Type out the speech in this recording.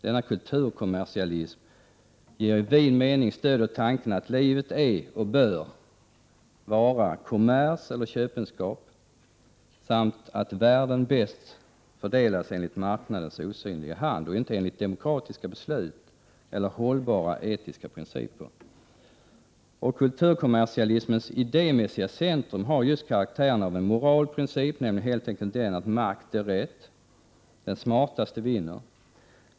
Denna kulturkommersialism ger i vid mening stöd åt tanken att livet är, och bör vara, kommers eller köpenskap, samt att värden bäst fördelas med hjälp av marknadens osynliga hand, och inte enligt demokratiska beslut eller hållbara etiska principer. Kulturkommersialismens idémässiga centrum har just karaktären av en moralprincip, nämligen helt enkelt den att makt är rätt. Den smartaste vinner.